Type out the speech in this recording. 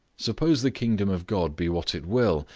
suppose the kingdom of god be what it will,